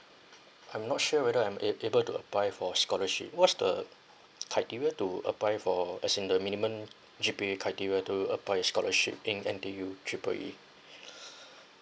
I'm not sure whether I'm ab~ able to apply for scholarship what's the criteria to apply for as in the minimum G_P_A criteria to apply the scholarship in N_T_U triple E